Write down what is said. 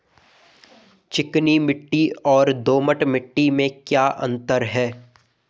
चिकनी मिट्टी और दोमट मिट्टी में क्या क्या अंतर है?